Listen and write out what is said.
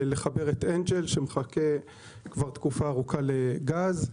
לחבר את אנג'ל שמחכה כבר תקופה ארוכה לגז.